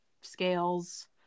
scales